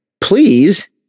please